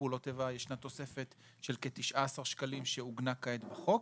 פעולות איבה ישנה תוספת של כ-19 שקלים שעוגנה כעת בחוק,